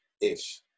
ish